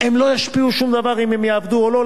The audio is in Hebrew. לא ישפיע שום דבר אם הן יעבדו או לא,